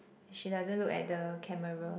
she doesn't look at the camera